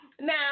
Now